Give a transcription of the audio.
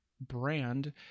brand